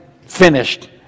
finished